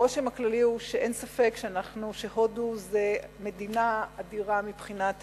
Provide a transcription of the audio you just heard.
הרושם הכללי הוא שאין ספק שהודו זו מדינה אדירה מבחינת היקף,